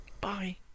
bye